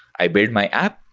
i build my app,